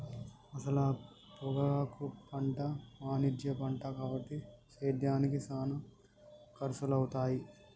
అసల పొగాకు పంట వాణిజ్య పంట కాబట్టి సేద్యానికి సానా ఖర్సులవుతాయి